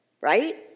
right